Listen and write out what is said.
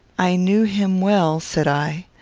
i knew him well, said i.